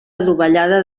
adovellada